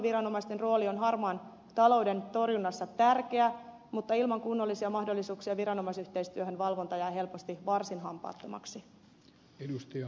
työsuojeluviranomaisten rooli on harmaan talouden torjunnassa tärkeä mutta ilman kunnollisia mahdollisuuksia viranomaisyhteistyöhön valvonta jää helposti varsin hampaattomaksi